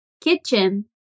kitchen